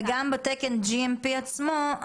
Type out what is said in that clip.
וגם בתקן GMP עצמו,